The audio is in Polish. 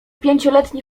pięcioletni